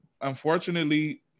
unfortunately